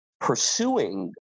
pursuing